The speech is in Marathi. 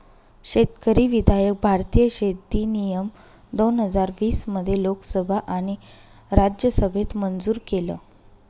शेतकरी विधायक भारतीय शेती नियम दोन हजार वीस मध्ये लोकसभा आणि राज्यसभेत मंजूर केलं